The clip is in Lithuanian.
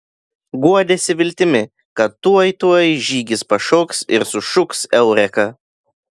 guodėsi viltimi kad tuoj tuoj žygis pašoks ir sušuks eureka